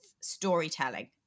storytelling